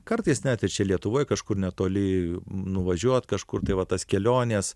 kartais net ir čia lietuvoj kažkur netoli nuvažiuot kažkur tai va tas kelionės